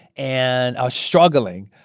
and i was struggling.